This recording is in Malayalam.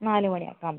നാല് മണി ഒക്കെ ആകുമ്പോൾ